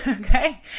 Okay